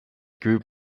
group